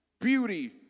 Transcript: beauty